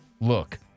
look